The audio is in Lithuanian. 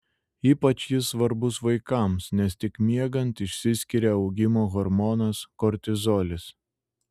ypač jis svarbus vaikams nes tik miegant išsiskiria augimo hormonas kortizolis